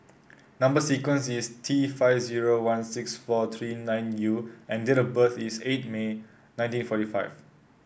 number sequence is T five zero one six four three nine U and date of birth is eight May nineteen forty five